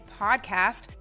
podcast